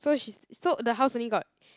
so she's so the house only got